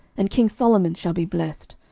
and king solomon shall be blessed,